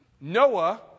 Noah